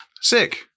Sick